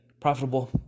profitable